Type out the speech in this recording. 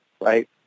right